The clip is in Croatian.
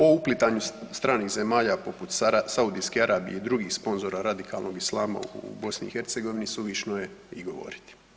O uplitanju stranih zemalja poput Saudijske Arabije i drugih sponzora radikalnog islama u BiH suvišno je i govoriti.